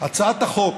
הצעת החוק